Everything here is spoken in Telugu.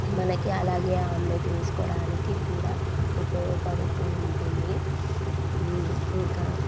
మనకి అలాగే ఆమ్లెట్ వేసుకోవడానికి కూడా ఉపయోగపడుతూ ఉంటుంది ఇంకా